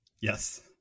Yes